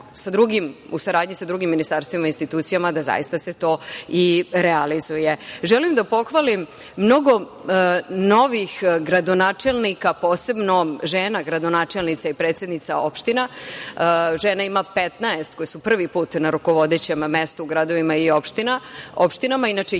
u saradnji sa drugim ministarstvima, institucijama da zaista se to i realizuje. Želim da pohvalim mnogo novih gradonačelnika, posebno žena gradonačelnica i predsednica opština. Žena ima 15 koje su prvi put na rukovodećem mestu u gradovima i opštinama, inače ih